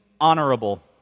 honorable